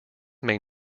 may